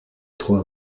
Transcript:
trois